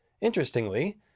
Interestingly